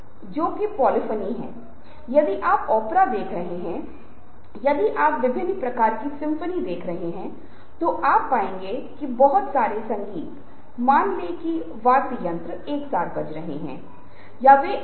और जब हम ऐसा करते हैं तो बात एक तरफा हो जाती है और बहुत बार दूसरे व्यक्ति के लिए उबाऊ भी हो सकती है